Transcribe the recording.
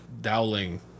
Dowling